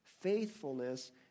Faithfulness